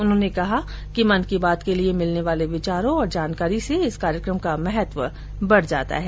उन्होंने कहा कि मन की बात के लिए मिलने वाले विचारों और जानकारी से इस कार्यक्रम का महत्व बढ़ जाता है